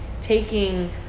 taking